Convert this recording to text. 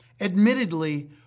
Admittedly